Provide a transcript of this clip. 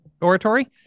oratory